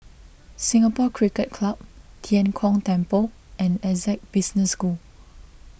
Singapore Cricket Club Tian Kong Temple and Essec Business School